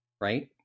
Right